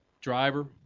driver